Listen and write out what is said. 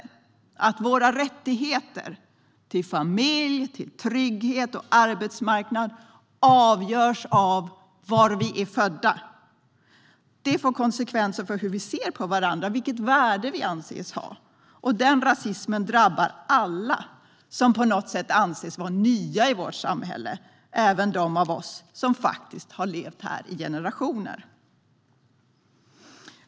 Det kommer att innebära att våra rättigheter till familj, till trygghet och till arbetsmarknad avgörs av var vi är födda. Det får konsekvenser för hur vi ser på varandra och vilket värde vi anses ha. Den rasismen drabbar alla som på något sätt anses vara nya i vårt samhälle, även de av oss som faktiskt har levt här i generationer.